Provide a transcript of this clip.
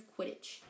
Quidditch